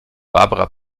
barbara